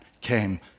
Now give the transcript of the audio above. came